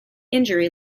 injury